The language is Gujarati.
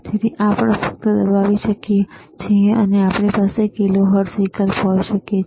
તેથી આપણે ફક્ત દબાવી શકીએ છીએ અને આપણી પાસે કિલોહર્ટ્ઝ વિકલ્પ હોઈ શકે છે